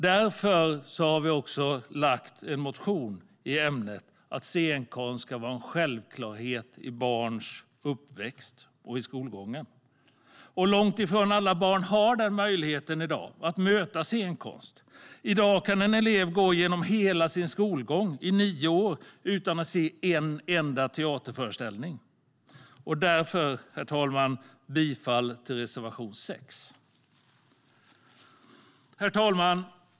Därför har vi motionerat om att scenkonst ska vara en självklarhet i barns uppväxt och skolgång. Långt ifrån alla barn får i dag möjlighet att möta scenkonst. En elev kan gå igenom hela sin skolgång, nio år, utan att se en enda teaterföreställning. Därför, herr talman, yrkar jag bifall till reservation 6. Herr talman!